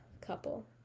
couple